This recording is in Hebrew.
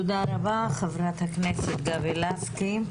תודה רבה, חברת הכנסת גבי לסקי.